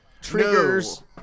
triggers